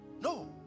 No